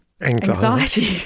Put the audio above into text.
Anxiety